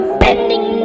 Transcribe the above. bending